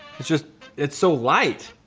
it's just it's so light.